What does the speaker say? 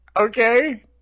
Okay